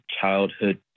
childhood